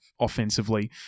offensively